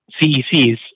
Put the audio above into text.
CECs